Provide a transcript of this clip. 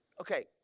Okay